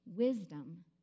Wisdom